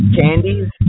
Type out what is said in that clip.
candies